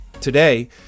Today